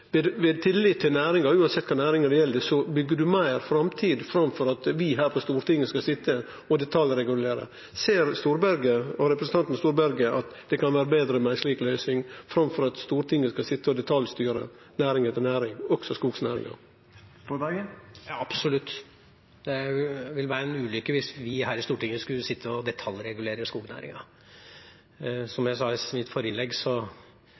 framtid, framfor at vi her på Stortinget skal sitje og detaljregulere. Ser representanten Storberget at det kan vere betre med ei slik løysing, framfor at Stortinget skal sitje og detaljstyre næring etter næring, også skognæringa? Ja, absolutt. Det ville være en ulykke hvis vi her i Stortinget skulle sitte og detaljregulere skognæringen. Som jeg sa i mitt forrige innlegg,